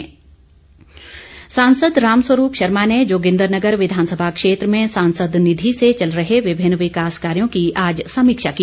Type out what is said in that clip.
रामस्वरूप सांसद रामसवरूप शर्मा ने जोगिंद्रनगर विधानसभा क्षेत्र में सांसद निधि से चल रहे विभिन्न विकास कार्यों की आज समीक्षा की